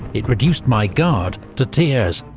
it reduced my guard to tears!